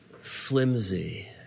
flimsy